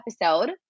episode